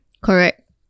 Correct